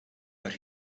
but